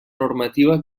normativa